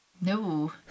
no